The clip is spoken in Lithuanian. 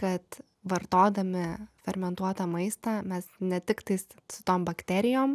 kad vartodami fermentuotą maistą mes ne tik tais su tom bakterijom